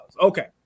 Okay